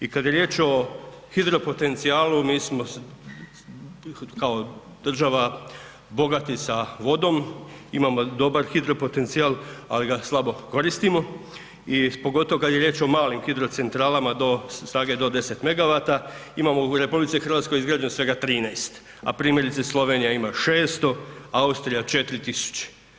I kad je riječ o hidropotencijalu mi smo kao država bogati sa vodom, imamo dobar hidropotencijal, ali ga slabo koristimo i pogotovo kad je riječ o malim hidrocentralama do, snage do 10 megavata imamo u RH izgrađeno svega 13, a primjerice Slovenija ima 600, Austrija 4.000.